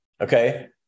okay